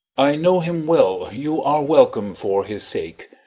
i know him well you are welcome for his sake.